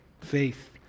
Faith